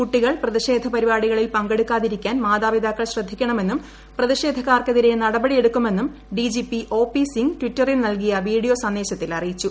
കുട്ടികൾ പ്രതിഷേധ പരിപാടികളിൽ പങ്കെടുക്കാതിരിക്കാൻ മാതാപിതാക്കൾ ശ്രദ്ധിക്കണമെന്നും പ്രതിഷേധക്കാർക്കെതിരെ നടപടിയെടുക്കുമെന്നും D G P O P Singh ട്വിറ്ററിൽ നൽകിയ വീഡിയോ സന്ദേശത്തിൽ അറിയിച്ചു